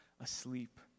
asleep